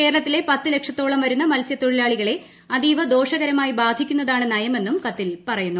കേരളത്തിലെ പത്ത് ലക്ഷത്തോളം വരുന്ന മൽസ്യത്തൊഴിലാളികളെ അതീവ ദോഷകരമായി ബാധിക്കുന്നതാണ് നയമെന്നും കത്തിൽ പറയുന്നു